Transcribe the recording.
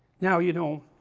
now you know,